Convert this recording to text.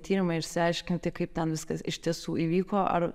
tyrimą ir išsiaiškinti kaip ten viskas iš tiesų įvyko ar